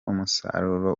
umusaruro